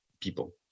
people